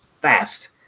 fast